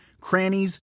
crannies